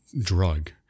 drug